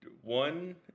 one